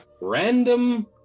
random